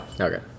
Okay